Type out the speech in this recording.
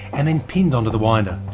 and then pinned onto the winder.